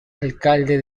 alcalde